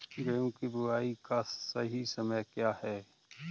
गेहूँ की बुआई का सही समय क्या है?